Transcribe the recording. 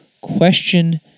Question